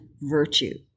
virtue